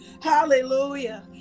Hallelujah